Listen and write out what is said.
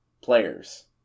players